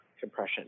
compression